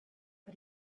but